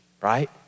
right